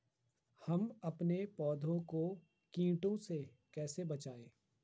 हम अपने पौधों को कीटों से कैसे बचाएं?